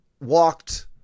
walked